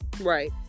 Right